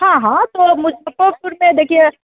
हॉं हॉं तो मुज़फ़्फ़रपुर में देखिए